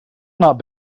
not